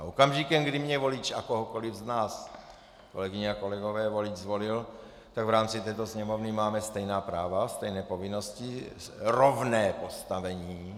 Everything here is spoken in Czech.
A okamžikem, kdy mě volič a kohokoliv z nás, kolegyně a kolegové, volič zvolil, tak v rámci této Sněmovny máme stejná práva, stejné povinnosti a rovné postavení.